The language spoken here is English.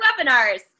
webinars